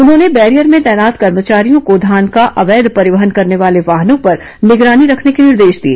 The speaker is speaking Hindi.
उन्होंने बैरियर में तैनात कर्मचारियों को धान का अवैध परिवहन करने वाले वाहनों पर निगरानी रखने के निर्देश दिए